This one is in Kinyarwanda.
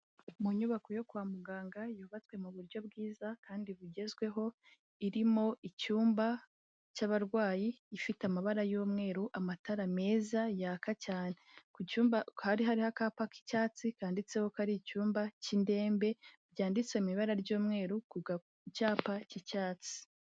Mu nyubako yo kwa muganga yubatswe mu buryo bwiza kandi bugezweho, irimo icyumba cy'abarwayi ifite amabara y'umweru, amatara meza yaka cyane, ku cyumba hari hariho akapa k'icyatsi kanditseho ko ari icyumba cy'indembe, byanditse mu ibara ry'umweru ku ga cyapa cy'icyatsi.